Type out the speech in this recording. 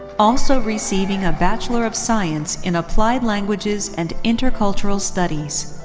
also receiving a bachelor of science in applied languages and intercultural studies.